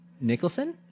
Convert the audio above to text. Nicholson